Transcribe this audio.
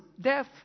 death